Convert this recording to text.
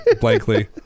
blankly